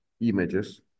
images